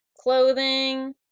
clothing